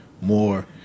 more